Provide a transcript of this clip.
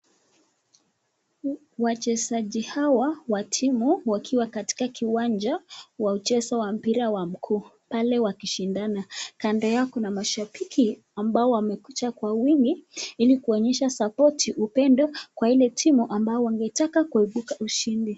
Wachezaji hawa wa timu wakiwa katika kiwanja wa uchezo wa mpira wa mkuu pale wakishindana. Kando yako na mashabiki ambao wamekuja kwa wingi ili kuonyesha sapoti upendo kwa ile timu ambao wangetaka kuibuka ushindi.